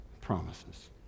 promises